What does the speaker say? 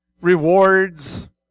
Rewards